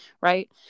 right